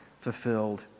fulfilled